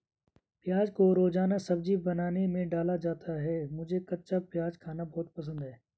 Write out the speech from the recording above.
प्याज को रोजाना सब्जी बनाने में डाला जाता है मुझे कच्चा प्याज खाना बहुत पसंद है